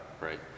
right